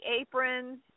aprons